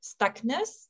stuckness